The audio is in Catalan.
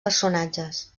personatges